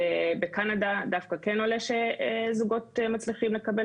בקנדה דווקא כן עולה שזוגות מצליחים לקבל